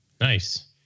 Nice